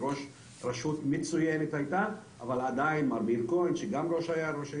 אבל עדיין זה לא אותו